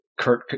Kurt